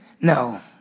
No